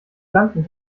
blanken